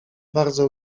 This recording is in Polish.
bardzo